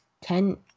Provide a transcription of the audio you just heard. ten